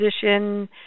position